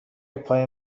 پای